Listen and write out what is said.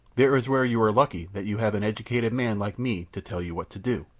there is where you are lucky that you have an educated man like me to tell you what to do.